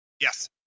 Yes